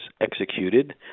executed